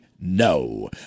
No